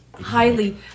highly